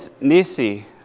Nisi